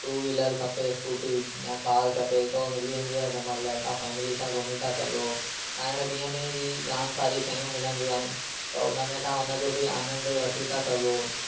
two wheeler खपे स्कूटीस या कार खपे त उहा मिली वेंदी आहे घुमण लाइ तव्हां फैमिली सां घुमीं था सघो खाइण पीअण जी जाम सारी शयूं मिलंदियूं आहिनि त हुन में तव्हां हुनजो बि आनंदु वठी था सघो